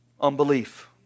Unbelief